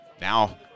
Now